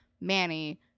Manny